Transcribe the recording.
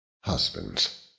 Husbands